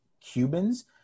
Cubans